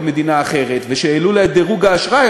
מדינה אחרת ושהעלו לה את דירוג האשראי,